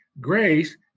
grace